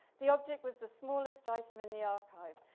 the object was the smallest item in the archive.